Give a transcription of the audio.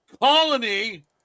colony